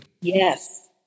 Yes